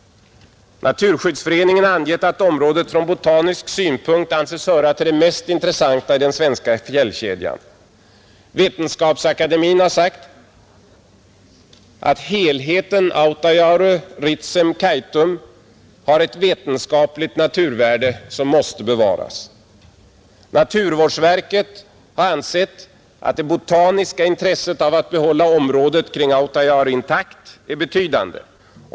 Naturskyddsföreningen har angett att området ur botanisk synpunkt anses höra till de mest intressanta i den svenska fjällkedjan. Vetenskapsakademien har sagt att helheten Autajaure— Ritsem—Kaitum har ett vetenskapligt naturvärde som måste bevaras, Naturvårdsverket har ansett att det botaniska intresset av att behålla området kring Autajaure intakt är betydande.